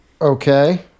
Okay